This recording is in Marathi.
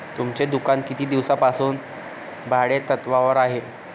तुमचे दुकान किती दिवसांपासून भाडेतत्त्वावर आहे?